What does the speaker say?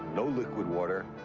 no liquid water,